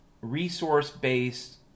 resource-based